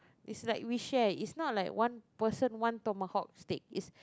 it's like we share it's not like one person one Tomahawk steak is